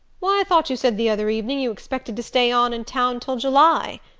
why, i thought you said the other evening you expected to stay on in town till july.